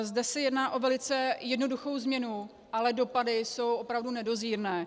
Zde se jedná o velice jednoduchou změnu, ale dopady jsou opravdu nedozírné.